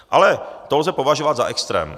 Ale to lze považovat za extrém.